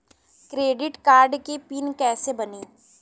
Credit card के PIN कैसे बनी?